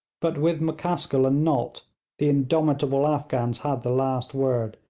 but with m'caskill and nott the indomitable afghans had the last word,